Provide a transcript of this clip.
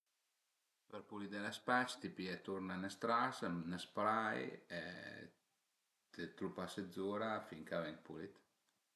Për pulidé 'n spec t'i pìe turna 'n stras, 'n spray e t'lu pase zura fin ch'a ven pulit